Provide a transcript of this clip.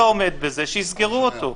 לממשלה שיותר